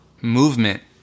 movement